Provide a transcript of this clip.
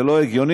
זה לא הגיוני,